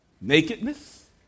nakedness